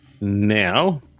Now